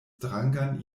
strangan